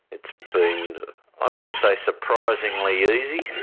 it's been i'm going to say surprisingly